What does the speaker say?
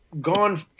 gone